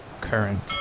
current